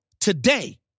today